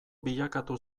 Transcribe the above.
bilakatu